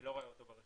אני לא רואה אותו.